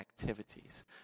activities